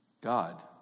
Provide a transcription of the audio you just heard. God